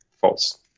false